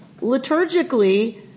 liturgically